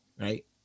right